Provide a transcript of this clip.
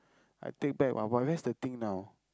I take back my~ where's the thing now